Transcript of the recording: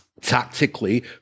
tactically